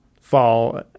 fall